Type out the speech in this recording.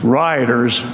rioters